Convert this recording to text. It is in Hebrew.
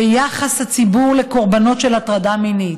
יחס הציבור לקורבנות של הטרדה מינית.